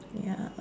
ya